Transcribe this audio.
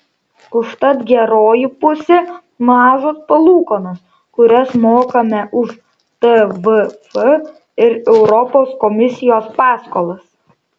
užtat geroji pusė mažos palūkanos kurias mokame už tvf ir europos komisijos paskolas